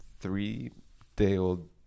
Three-day-old